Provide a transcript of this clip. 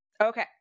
Okay